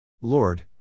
Lord